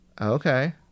Okay